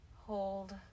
Hold